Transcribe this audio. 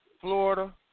Florida